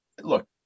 look